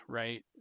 right